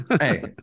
Hey